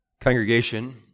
Congregation